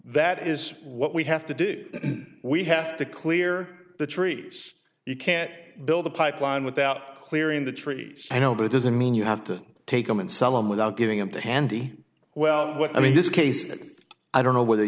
that is what we have to do and we have to clear the trees you can't build a pipeline without clearing the trees i know but it doesn't mean you have to take them and sell them without giving them to handy well what i mean this case is that i don't know whether